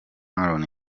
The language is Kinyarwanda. talon